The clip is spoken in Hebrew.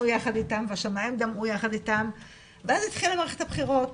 יחד איתם והשמיים דמעו יחד איתם ואז התחילה מערכת הבחירות